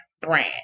brand